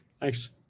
Thanks